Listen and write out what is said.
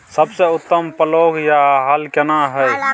सबसे उत्तम पलौघ या हल केना हय?